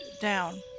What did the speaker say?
down